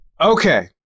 Okay